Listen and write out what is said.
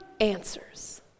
answers